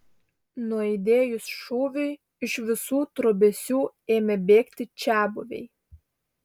nuaidėjus šūviui iš visų trobesių ėmė bėgti čiabuviai